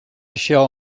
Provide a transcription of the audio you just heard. shall